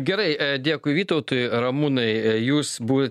gerai dėkui vytautui ramūnai jūs buvot